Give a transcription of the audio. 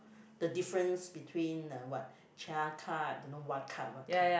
the difference between uh what CHAS card don't know what card what card